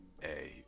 Hey